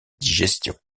digestion